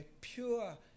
pure